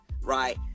right